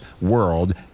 world